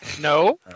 No